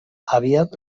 aviat